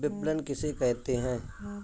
विपणन किसे कहते हैं?